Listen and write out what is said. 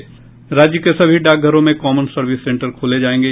राज्य के सभी डाकघरों में कॉमन सर्विस सेंटर खोले जायेंगे